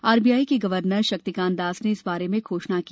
RBI के governor Shaktikanta Das ने इस बारे में घोषणा की